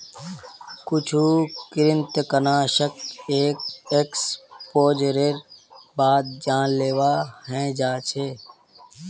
कुछु कृंतकनाशक एक एक्सपोजरेर बाद जानलेवा हय जा छ